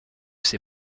ses